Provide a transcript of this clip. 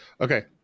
Okay